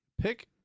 pick